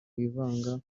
wivanga